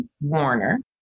Warner